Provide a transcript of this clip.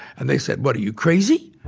and they said, what are you, crazy?